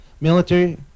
military